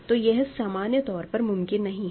तो यह सामान्य तौर पर मुमकिन नहीं है